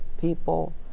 people